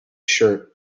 shirt